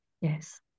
Yes